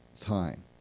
time